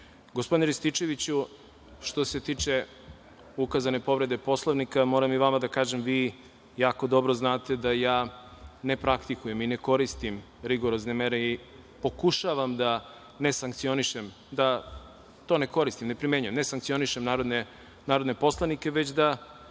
Srbije. Gospodine Rističeviću, što se tiče ukazane povrede Poslovnika, moram i vama da kažem, vi jako dobro znate da ja ne praktikujem i ne koristim rigorozne mere i pokušavam da ne sankcionišem, da to ne koristim, ne primenjujem, ne sankcionišem narodne poslanike, već da